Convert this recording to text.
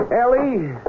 Ellie